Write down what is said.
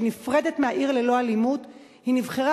שנפרדת מ"עיר ללא אלימות"; היא נבחרה